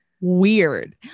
weird